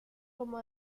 como